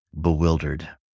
bewildered